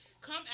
Come